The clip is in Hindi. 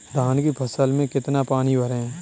धान की फसल में कितना पानी भरें?